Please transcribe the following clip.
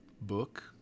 book